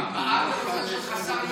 בעד הנושא של חסר ישע.